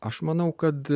aš manau kad